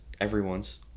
Everyone's